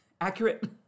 Accurate